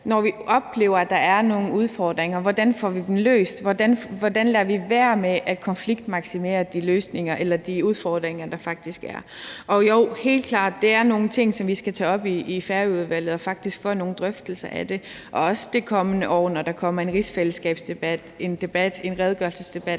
når vi oplever, at der er nogle udfordringer, hvordan får vi dem så løst? Hvordan lader vi være med at konfliktmaksimere de udfordringer, der faktisk er? Og jo, der er helt klart nogle ting, som vi skal tage op i Færøudvalget og dér faktisk få nogle drøftelser af dem. Det gælder også i forhold til det kommende år, når der kommer en rigsfællesskabsdebat, en redegørelsesdebat